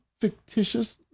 fictitious